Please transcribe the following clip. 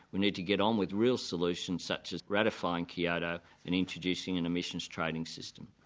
we need to get on with real solutions such as ratifying kyoto and introducing an emissions trading system.